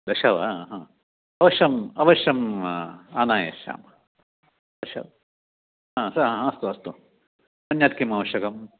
दश वा अवश्यम् अवश्यम् आनायष्यामः दश अस्तु अस्तु अन्यत् किम् आवश्यकम्